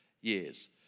years